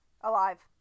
Alive